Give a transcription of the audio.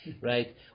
right